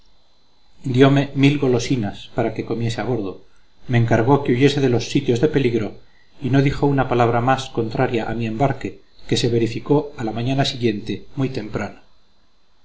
diome mil golosinas para que comiese a bordo me encargó que huyese de los sitios de peligro y no dijo una palabra más contraria a mi embarque que se verificó a la mañana siguiente muy temprano